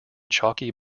chalky